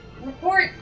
report